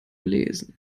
lesen